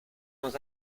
nos